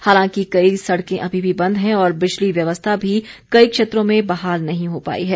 हालांकि कई सड़कें अभी भी बंद हैं और बिजली व्यवस्था भी कई क्षेत्रों में बहाल नहीं हो पाई है